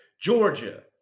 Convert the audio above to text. Georgia